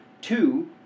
Two